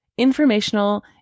informational